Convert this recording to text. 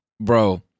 Bro